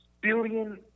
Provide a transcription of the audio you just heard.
billion